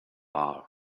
bar